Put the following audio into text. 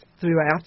throughout